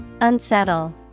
Unsettle